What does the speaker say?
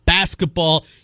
Basketball